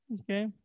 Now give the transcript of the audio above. Okay